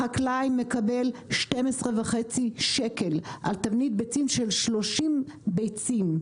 חקלאי מקבל 12.5 שקל על תבנית ביצים של 30 ביצים,